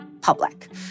public